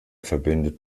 verbindet